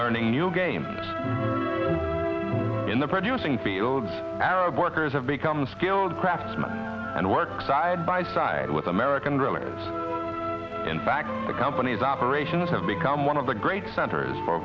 learning new games in the producing fields arab workers have become skilled craftsmen and work side i side with american drillers in fact the company's operations have become one of the great centers for